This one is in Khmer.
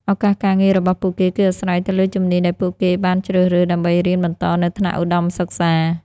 ឱកាសការងាររបស់ពួកគេគឺអាស្រ័យទៅលើជំនាញដែលពួកគេបានជ្រើសរើសដើម្បីរៀនបន្តនៅថ្នាក់ឧត្តមសិក្សា។